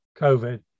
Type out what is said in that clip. COVID